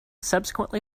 subsequently